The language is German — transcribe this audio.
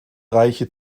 reiche